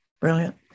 brilliant